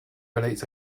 relates